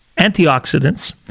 antioxidants